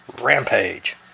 Rampage